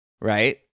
right